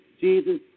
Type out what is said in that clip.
Jesus